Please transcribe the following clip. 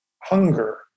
hunger